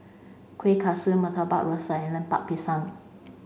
kueh kaswi murtabak rusa and lemper pisang